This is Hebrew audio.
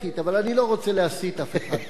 אבל אני לא רוצה להסית אף אחד.